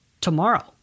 tomorrow